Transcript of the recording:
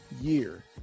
year